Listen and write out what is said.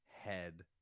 head